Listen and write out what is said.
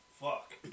Fuck